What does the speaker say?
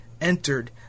entered